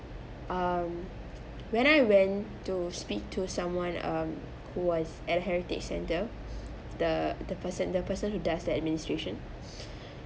um when I went to speak to someone um who was at heritage centre the the person the person who does the administration